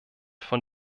von